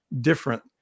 different